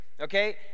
okay